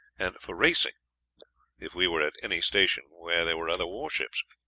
and for racing if we were at any station where there were other warships.